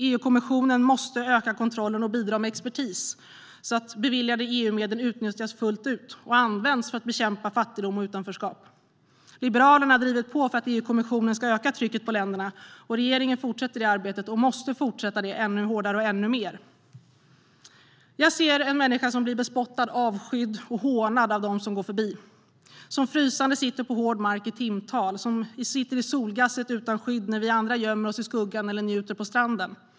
EU-kommissionen måste öka kontrollen och bidra med expertis, så att beviljade EU-medel utnyttjas fullt ut och används för att bekämpa fattigdom och utanförskap. Liberalerna har drivit på för att EU-kommissionen ska öka trycket på länderna, och regeringen fortsätter det arbetet och måste fortsätta det ännu mer. Jag ser en människa som blir bespottad, avskydd och hånad av dem som går förbi, som frysande sitter på hård mark i timtal och som sitter i solgasset utan skydd när vi andra gömmer oss i skuggan eller njuter på stranden.